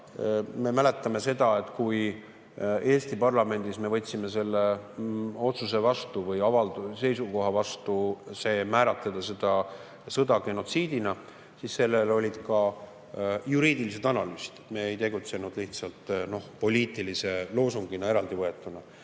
me mäletame seda, et kui Eesti parlamendis me võtsime vastu selle otsuse või avalduse või seisukoha määratleda seda sõda genotsiidina, siis [tehti] ka juriidilised analüüsid. Me ei tegutsenud lihtsalt poliitilise loosungina eraldi võetuna.